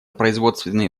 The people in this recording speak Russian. производственные